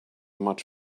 much